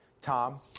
Tom